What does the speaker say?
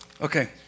Okay